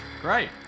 Great